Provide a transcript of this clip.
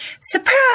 Surprise